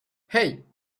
hey